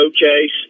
showcase